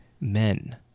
men